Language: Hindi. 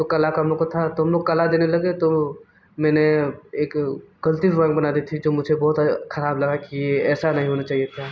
तो कला का हम लोग को था तो हम लोग कला देने लगे तो मैंने एक ग़लत ही ड्राॅइंग बना दी थी जो मुझे बहुत आय ख़राब लगा कि ये ऐसा नहीं होना चाहिए था